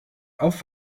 auf